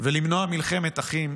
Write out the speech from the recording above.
ולמנוע מלחמת אחים,